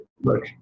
Look